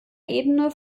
ebene